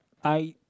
I